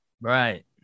Right